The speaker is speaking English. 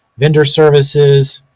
vendor services,